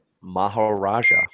Maharaja